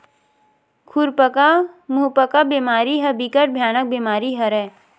खुरपका मुंहपका बेमारी ह बिकट भयानक बेमारी हरय